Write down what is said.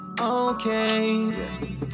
Okay